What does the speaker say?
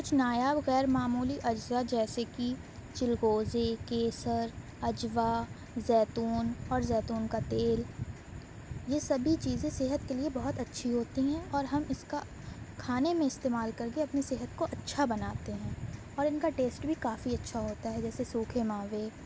کچھ نایاب غیرمعمولی اجزا جیسے کہ چلغوزے کیسر عجوا زیتون اور زیتون کا تیل یہ سبھی چیزیں صحت کے لیے بہت اچھی ہوتی ہیں اور ہم اس کا کھانے میں استعمال کرکے اپنی صحت کو اچھا بناتے ہیں اور ان کا ٹیسٹ بھی کافی اچھا ہوتا ہے جیسے سوکھے ماوے